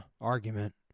argument